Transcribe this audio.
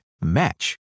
match